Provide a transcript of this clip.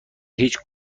هیچ